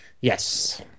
Yes